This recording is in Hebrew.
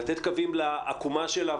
לתת קווים לעקומה שלה,